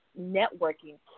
networking